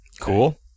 Cool